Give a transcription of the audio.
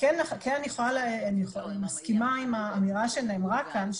כן אני מסכימה עם האמירה שנאמרה כאן,